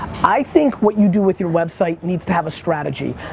i think what you do with your website needs to have a strategy.